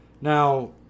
Now